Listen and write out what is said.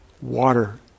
water